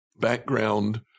background